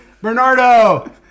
Bernardo